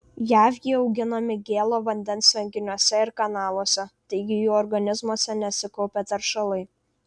jav jie auginami gėlo vandens tvenkiniuose ir kanaluose taigi jų organizmuose nesikaupia teršalai